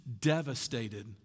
devastated